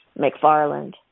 McFarland